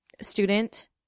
student